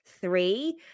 three